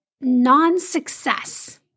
non-success